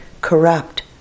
corrupt